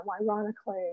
ironically